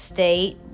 State